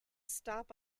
stop